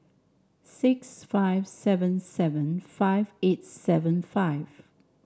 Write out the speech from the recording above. six five seven seven five eight seven five